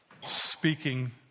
speaking